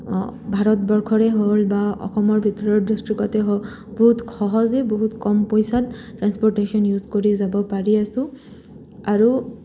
ভাৰতবৰ্ষৰে হ'ল বা অসমৰ ভিতৰত ডিষ্ট্ৰিক্টতে হ'ল বহুত সহজে বহুত কম পইচাত ট্ৰেন্সপৰ্টেশ্যন ইউজ কৰি যাব পাৰি আছোঁ আৰু